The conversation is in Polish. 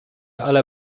ale